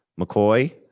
McCoy